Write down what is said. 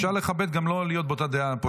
אפשר לכבד גם מבלי להיות באותה דעה.